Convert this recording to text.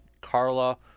Carla